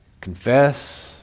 Confess